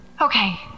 Okay